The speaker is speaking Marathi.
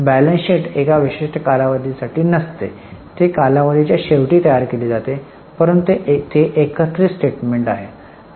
बॅलन्स शीट एका विशिष्ट कालावधीसाठी नसतो ते कालावधीच्या शेवटी तयार केले जाते परंतु ते एकत्रित स्टेटमेंट आहे